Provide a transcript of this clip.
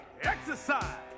Exercise